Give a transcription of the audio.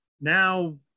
now